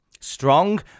Strong